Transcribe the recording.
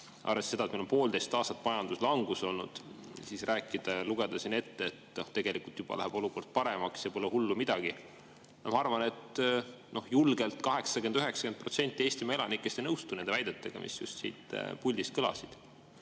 arvestades seda, et meil on poolteist aastat majanduslangus olnud, rääkida ja lugeda siin ette, et tegelikult juba läheb olukord paremaks ja pole hullu midagi, siis ma julgelt arvan, et 80–90% Eestimaa elanikest ei nõustu nende väidetega, mis just siit puldist kõlasid.